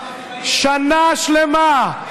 שנה שלמה.